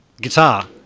guitar